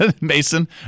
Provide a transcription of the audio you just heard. Mason